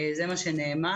זה מה שנאמר.